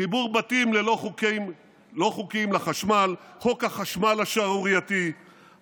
חיבור בתים לא חוקיים לחשמל בחוק החשמל השערורייתי,